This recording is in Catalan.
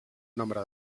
nombre